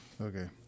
okay